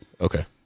Okay